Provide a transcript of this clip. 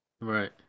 Right